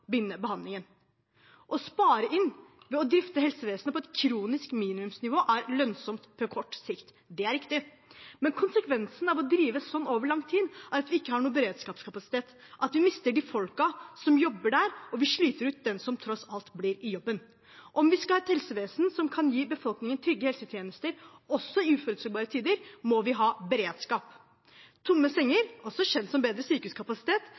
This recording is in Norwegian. behandlingen. Å spare inn ved å drifte helsevesenet på et kronisk minimumsnivå er lønnsomt på kort sikt – det er riktig. Men konsekvensene av å drive sånn over lang tid er at vi ikke har noen beredskapskapasitet, at vi mister de menneskene som jobber der, og at vi sliter ut dem som tross alt blir i jobben. Om vi skal ha et helsevesen som kan gi befolkningen trygge helsetjenester også i uforutsigbare tider, må vi ha beredskap. Tomme senger, også kjent som bedre sykehuskapasitet,